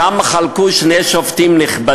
שם חלקו זה על זה שני שופטים נכבדים,